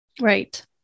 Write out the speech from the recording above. right